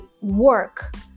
work